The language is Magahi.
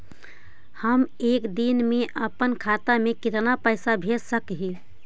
हम एक दिन में अपन खाता से कितना पैसा भेज सक हिय?